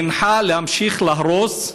הוא הנחה להמשיך להרוס,